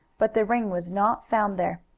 but the ring was not found there.